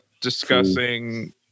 discussing